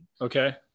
Okay